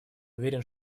уверен